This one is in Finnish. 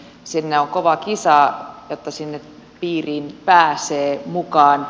sinne on kova kisa jotta tuen piiriin pääsee mukaan